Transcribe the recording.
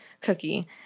cookie